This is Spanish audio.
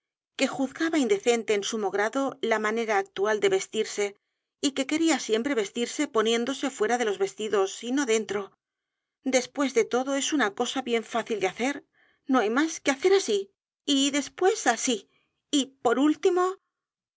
que juzgaba indecente en sumo grado la manera actual de vestirse y que quería siempre vestirse poniéndose fuera de los vestidos y no dentro después de todo es una cosa bien fácil de hacer no hay más que hacer así y después así y por último